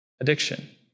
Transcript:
addiction